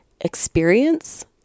experience